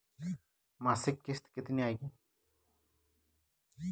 मासिक किश्त कितनी आएगी?